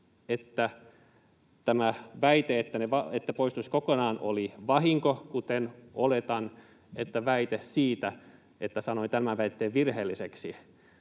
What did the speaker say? että tämä väite, että se poistuisi kokonaan, oli vahinko, kuten oletan, että väite siitä, että olisin puhunut muunneltua